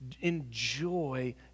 enjoy